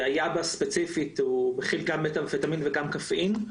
והיאבה ספציפית הוא מכיל גם מתאמפטמין וגם קפאין.